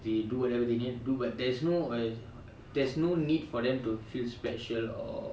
they do whatever they need to do but there's no uh there's no need for them to feel special or